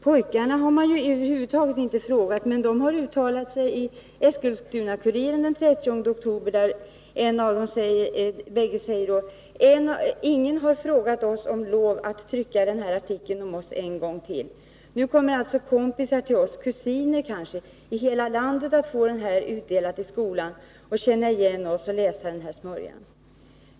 Man har över huvud taget inte frågat pojkarna, men de har uttalat sig i Eskilstuna-Kuriren den 30 oktober. De sade bl.a.: ”Ingen har frågat oss om lov att trycka den där artikeln om oss en gång till. Nu kommer alltså kompisar till oss, kusiner kanske, i hela landet att få det här utdelat i skolan och kunna känna igen oss och kunna läsa den här smörjan!